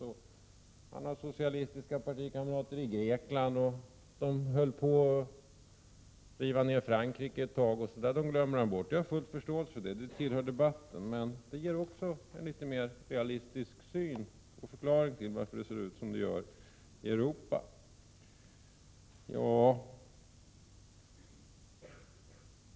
Bo Nilsson har socialistiska partikamrater i Grekland, och socialdemokraterna höll på att riva ned Frankrike, osv. Detta glömmer han bort. Jag har full förståelse för detta. Det tillhör debatten. Men det ger en mer realistisk förklaring till att det ser ut som det gör i Europa om man också nämner dessa fakta.